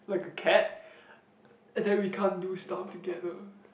like a cat I tell you we can't do stuff together